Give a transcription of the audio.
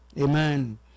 Amen